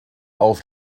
auf